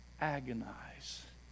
Agonize